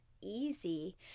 easy